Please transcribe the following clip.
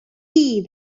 see